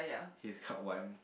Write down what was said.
he's called one